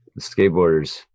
skateboarders